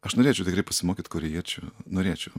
aš norėčiau tikrai pasimokyt korėjiečių norėčiau